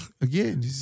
Again